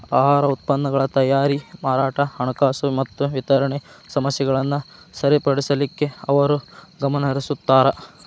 ಆಹಾರ ಉತ್ಪನ್ನಗಳ ತಯಾರಿ ಮಾರಾಟ ಹಣಕಾಸು ಮತ್ತ ವಿತರಣೆ ಸಮಸ್ಯೆಗಳನ್ನ ಸರಿಪಡಿಸಲಿಕ್ಕೆ ಅವರು ಗಮನಹರಿಸುತ್ತಾರ